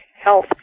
health